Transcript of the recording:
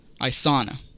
Isana